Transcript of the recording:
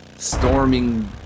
Storming